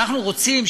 אנחנו רוצים,